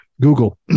Google